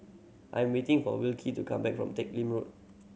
I'm waiting for Wilkie to come back from Teck Lim Road